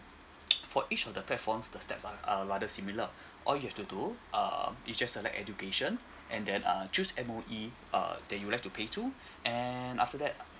for each of the platforms the steps are uh rather similar all you have to do uh is just select education and then uh choose M_O_E uh that you have to pay to and after that